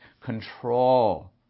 control